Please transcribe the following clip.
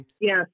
Yes